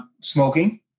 smoking